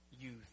youth